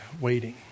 waiting